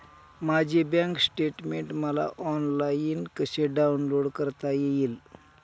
माझे bank statement मला online कसे डाउनलोड करता येईल?